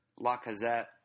Lacazette